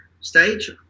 stage